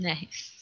Nice